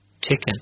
Chicken